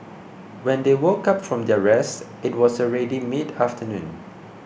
when they woke up from their rest it was already mid afternoon